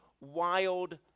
wild